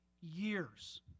Years